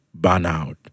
burnout